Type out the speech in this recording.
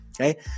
Okay